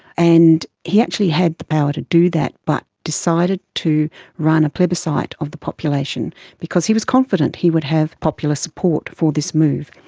and he actually had the power to do that but decided to run a plebiscite of the population because he was confident he would have popular support for this move.